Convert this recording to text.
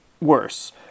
worse